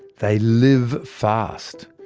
they live fast,